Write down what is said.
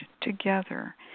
together